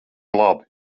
labi